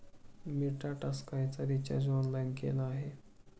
मी टाटा स्कायचा recharge online केला आहे